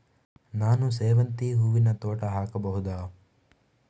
ನಾನು ಸೇವಂತಿ ಹೂವಿನ ತೋಟ ಹಾಕಬಹುದಾ?